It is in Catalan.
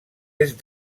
est